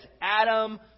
Adam